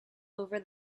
over